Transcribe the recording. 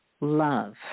love